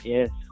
Yes